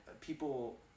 People